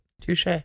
touche